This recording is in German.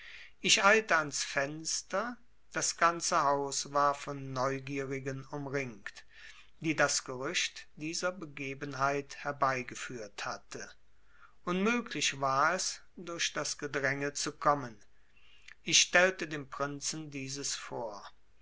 ich eilte ans fenster das ganze haus war von neugierigen umringt die das gerücht dieser begebenheit herbeigeführt hatte unmöglich war es durch das gedränge zu kommen ich stellte dem prinzen dieses vor